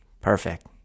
perfect